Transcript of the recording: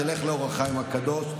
תלך לאור החיים הקדוש,